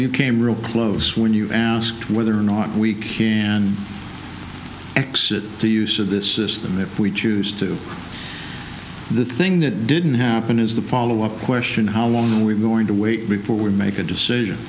record came real close when you asked whether or not we can and exit the use of this system if we choose to the thing that didn't happen is the follow up question how long are we going to wait before we make a decision